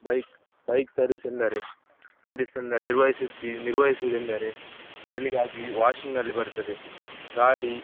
bike bike service ಎಂದರೆ ಸರ್ವೀಸಿಂದ ನಿರ್ವಹಿಸುತ್ತಿ ನಿರ್ವಹಿಸುವುದೆಂದರೆ ಮೊದಲಿಗಾಗಿ ವಾಶಿಂಗಲ್ಲಿ ಬರುತ್ತದೆ ಗಾಡಿ